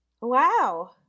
Wow